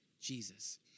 Jesus